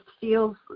feels